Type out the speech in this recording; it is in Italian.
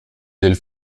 del